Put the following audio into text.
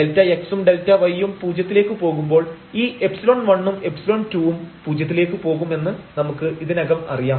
Δx ഉം Δy ഉം പൂജ്യത്തിലേക്ക് പോകുമ്പോൾ ഈ ϵ1 ഉം ϵ2 ഉം പൂജ്യത്തിലേക്ക് പോകും എന്ന് നമുക്ക് ഇതിനകം അറിയാം